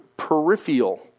peripheral